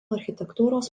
architektūros